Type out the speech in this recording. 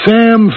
Sam